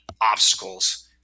obstacles